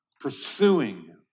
pursuing